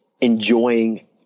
enjoying